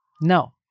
no